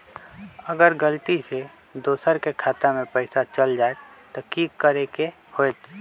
अगर गलती से दोसर के खाता में पैसा चल जताय त की करे के होतय?